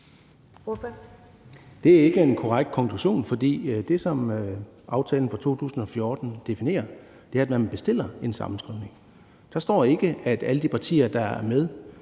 Det er ikke en korrekt konklusion, for det, som aftalen fra 2014 definerer, er, at man bestiller en sammenskrivning. Der står ikke, at alle de partier, der er med